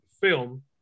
film